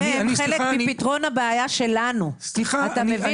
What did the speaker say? אתם חלק מפתרון הבעיה שלנו, אתה מבין?